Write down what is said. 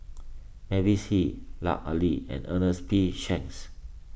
Mavis Hee Lut Ali and Ernest P Shanks